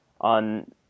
on